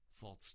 false